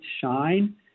shine